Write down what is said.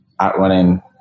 outrunning